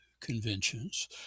conventions